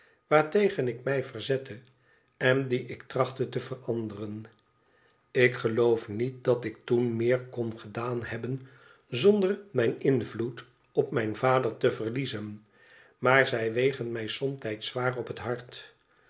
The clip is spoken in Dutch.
waartegen ik mij verzette en die ik trachtte te veranderen ik geloof niet dat ik toen meer kon gedaan hebben zonder mijn invloed op mijn vader te verliezen maar zij wegen mij somtijds zwaar op het hart